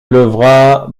pleuvra